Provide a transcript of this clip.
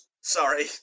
Sorry